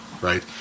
Right